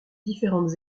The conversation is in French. différentes